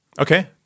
Okay